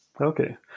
Okay